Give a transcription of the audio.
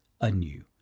anew